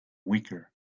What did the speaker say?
weaker